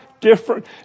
different